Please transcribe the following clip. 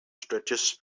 stretches